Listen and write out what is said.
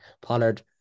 Pollard